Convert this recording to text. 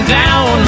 down